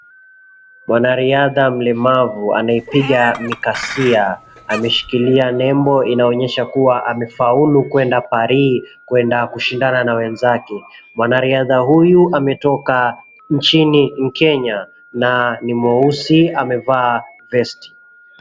Mwanariadha mlemavu anayeipiga mikasia ameshikilia nembo inayonyesha kuwa amefaulu kuenda Parii kuenda kushindana na wenzake. Mwanariadha huyu ametoka nchini Kenya na ni mweusi amevaa {cs}vest{cs}.